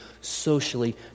socially